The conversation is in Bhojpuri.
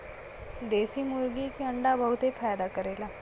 देशी मुर्गी के अंडा बहुते फायदा करेला